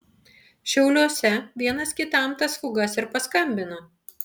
šiauliuose vienas kitam tas fugas ir paskambino